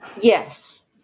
Yes